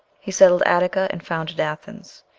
he settled attica and founded athens,